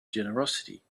generosity